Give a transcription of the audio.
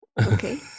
Okay